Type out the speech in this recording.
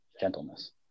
gentleness